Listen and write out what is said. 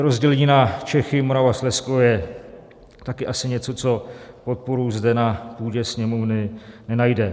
Rozdělení na Čechy, Moravu a Slezsko je také asi něco, co podporu zde na půdě Sněmovny nenajde.